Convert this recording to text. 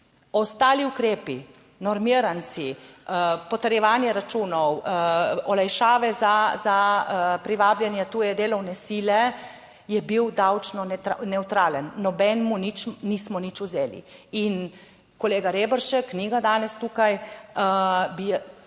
Ostali ukrepi, normiranci, potrjevanje računov, olajšave za privabljanje tuje delovne sile, je bil davčno nevtralen. Nobenemu nič nismo nič vzeli. In kolega Reberšek, ni ga danes tukaj, bi